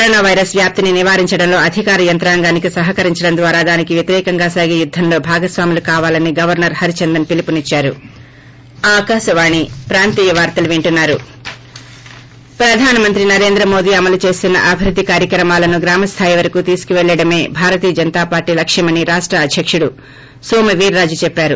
corona virus వ్యాప్తిని నివారించటంలో అధికార యంత్రాంగానికి సహకరించడం ద్వారా దానికి వ్యతిరేకంగా సాగే యుద్దంలో భాగస్వాములు కావాలని గవర్న ర్ హరిచందన్ పిలుపునిచ్చారు బ్రేక్ ప్రధానమంత్రి నరేంద్ర మోదీ అమలు చేస్తున్న అభివృద్గి కార్యక్రమాలను గ్రామస్లాయి వరకు తీసుకువెల్లాడమే భారతీయ జనతా పార్టీ లక్ష్యమని రాష్ట అధ్యకుడు నోము వీరాజు చెప్పారు